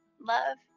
Love